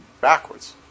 backwards